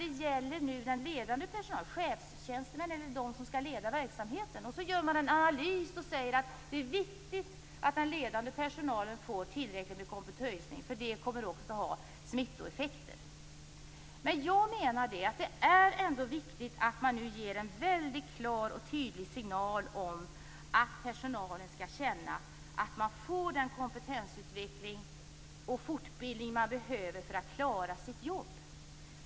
Det gäller nu den ledande personalen, chefstjänsterna, dem som skall leda verksamheten. Man gör en analys och säger att det är viktigt att den ledande personalen får tillräckligt med kompetenshöjning därför att det kommer att ha smittoeffekter. Jag menar att det ändå är viktigt att vi nu ger en klar och tydlig signal om att personalen skall känna att man får den kompetensutveckling och fortbildning man behöver för att klara sitt jobb.